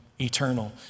eternal